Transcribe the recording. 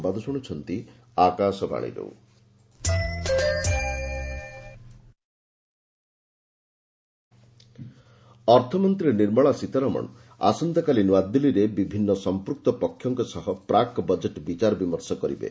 Sitharaman budget consultation ଅର୍ଥମନ୍ତ୍ରୀ ନିର୍ମଳା ସୀତାରମଣ ଆସନ୍ତାକାଲି ନୂଆଦିଲ୍ଲୀରେ ବିଭିନ୍ନ ସମ୍ପୃକ୍ତ ପକ୍ଷଙ୍କ ସହ ପ୍ରାକ୍ ବଜେଟ୍ ବିଚାରବିମର୍ଶ କରିବେ